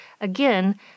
again